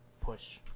push